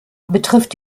betrifft